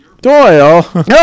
Doyle